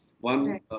One